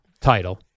title